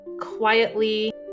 quietly